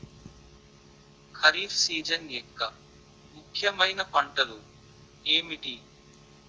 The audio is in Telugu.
ఖరిఫ్ సీజన్ యెక్క ముఖ్యమైన పంటలు ఏమిటీ?